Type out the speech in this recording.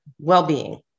well-being